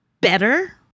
better